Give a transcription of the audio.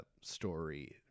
story